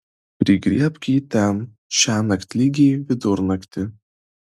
prigriebk jį ten šiąnakt lygiai vidurnaktį